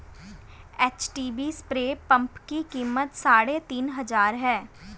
HTP spray pump की कीमत साढ़े तीन हजार है